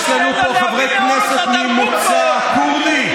יש לנו פה חברי כנסת ממוצא כורדי?